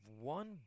one